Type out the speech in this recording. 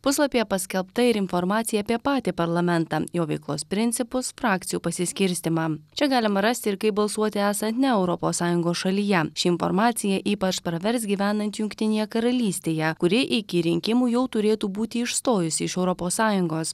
puslapyje paskelbta ir informacija apie patį parlamentą jo veiklos principus frakcijų pasiskirstymą čia galima rasti ir kaip balsuoti esant ne europos sąjungos šalyje ši informacija ypač pravers gyvenant jungtinėje karalystėje kuri iki rinkimų jau turėtų būti išstojusi iš europos sąjungos